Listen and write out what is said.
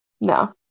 No